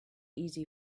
easy